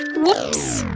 whoops!